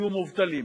בנושא: